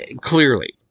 Clearly